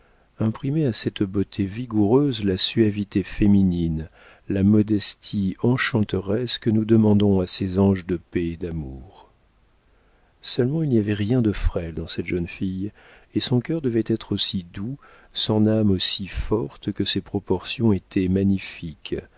imprimaient à cette beauté vigoureuse la suavité féminine la modestie enchanteresse que nous demandons à ces anges de paix et d'amour seulement il n'y avait rien de frêle dans cette jeune fille et son cœur devait être aussi doux son âme aussi forte que ses proportions étaient magnifiques